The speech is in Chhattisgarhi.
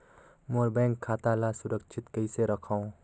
मोर बैंक खाता ला सुरक्षित कइसे रखव?